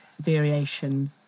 variation